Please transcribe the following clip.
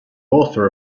author